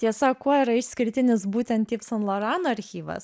tiesa kuo yra išskirtinis būtent yv saint lorano archyvas